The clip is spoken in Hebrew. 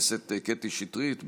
קטי שטרית,